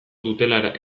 dutela